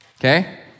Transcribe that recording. okay